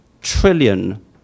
trillion